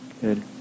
good